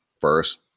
first